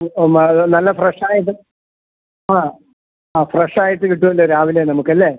നല്ല ഫ്രഷായത് ആ ആ ഫ്രഷായിട്ട് കിട്ടുമല്ലോ രാവിലെ നമുക്കല്ലേ